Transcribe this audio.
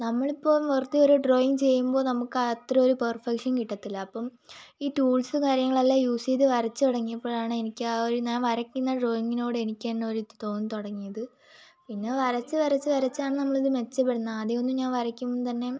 നമ്മളിപ്പോൾ വെറുതെ ഒരു ഡ്രോയിങ് ചെയ്യുമ്പോൾ നമുക്ക് അത്ര ഒരു പെർഫെക്ഷൻ കിട്ടത്തില്ല അപ്പോൾ ഈ ടൂൾസും കാര്യങ്ങളെല്ലാം യൂസ് ചെയ്തു വരച്ചു തുടങ്ങിയപ്പോഴാണ് എനിക്ക് ആ ഒരു ഞാൻ വരയ്ക്കുന്ന ഡ്രോയിങ്ങിനോട് എനിക്ക് തന്നെ ഒരിത് തോന്നി തുടങ്ങിയത് പിന്നെ വരച്ചു വരച്ചു വരച്ചാണ് നമ്മളിത് മെച്ചപ്പെടുന്നത് ആദ്യ ഒന്നും ഞാൻ വരക്കുമ്പോൾ തന്നെ